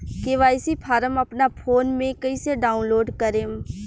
KYC form अपना phone मे कइसे डाऊनलोड करेम?